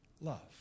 love